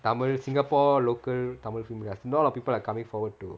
tamil singapore local tamil film industry not a lot of people are coming forward to